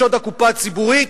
"שוד הקופה הציבורית".